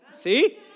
See